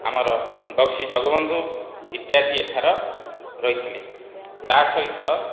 ଆମର ବକ୍ସି ଜଗବନ୍ଧୁ ଇତ୍ୟାଦି ଏଥର ରହିଥିଲେ ତାସହିତ